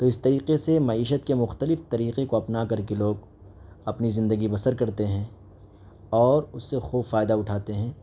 تو اس طریقے سے معیشت کے مختلف طریقے کو اپنا کر کے لوگ اپنی زندگی بسر کرتے ہیں اور اس سے خوب فائدہ اٹھاتے ہیں